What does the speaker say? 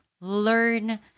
learn